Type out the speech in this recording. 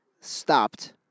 stopped